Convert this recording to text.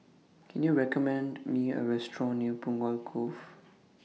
Can YOU recommend Me A Restaurant near Punggol Cove